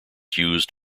used